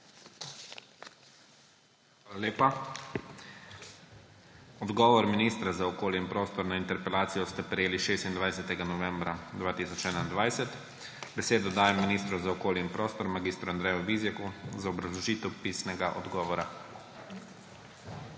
Hvala lepa. Odgovor ministra za okolje in prostor na interpelacijo ste prejeli 26. novembra 2021. Besedo dajem ministru za okolje in prostor mag. Andreju Vizjaku za obrazložitev pisnega odgovora.